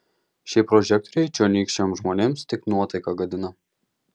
šie prožektoriai čionykščiams žmonėms tik nuotaiką gadina